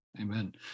Amen